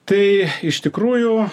tai iš tikrųjų